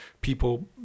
people